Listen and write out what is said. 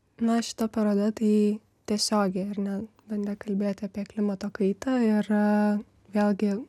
na šita paroda tai tiesiogiai ar ne bandė kalbėti apie klimato kaitą ir vėlgi